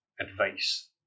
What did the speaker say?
advice